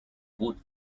wood